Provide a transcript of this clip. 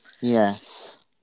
Yes